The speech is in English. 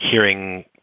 hearing